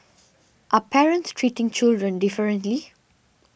are parents treating children differently